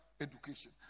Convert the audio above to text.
education